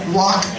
walk